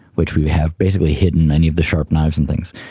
which we have basically hidden, any of the sharp knives and things,